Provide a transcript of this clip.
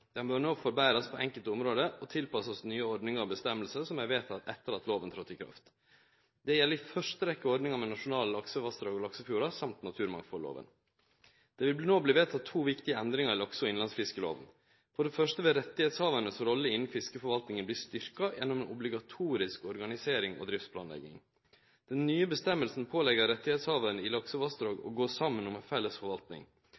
bør no forbetrast på enkelte område og tilpassast nye ordningar og avgjerder som er vedtekne etter at lova tredde i kraft. Dette gjeld i første rekkje ordninga med nasjonale laksevassdrag og laksefjordar, og naturmangfaldlova. Det vil nå verte vedteke to viktige endringar i lakse- og innlandsfiskelova. For det første vil rettshavaranes rolle innan fiskeforvaltinga verte styrkt gjennom obligatorisk organisering og driftsplanlegging. Den nye avgjerda pålegg rettshavarane i